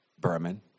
Berman